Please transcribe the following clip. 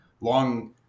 long